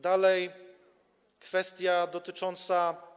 Dalej kwestia dotycząca.